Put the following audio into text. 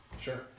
Sure